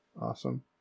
Awesome